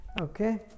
Okay